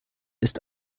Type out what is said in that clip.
ist